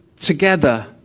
together